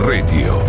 Radio